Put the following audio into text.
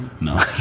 No